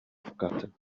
forgotten